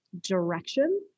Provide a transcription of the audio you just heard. direction